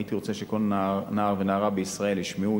הייתי רוצה שכל נער ונערה בישראל ישמעו,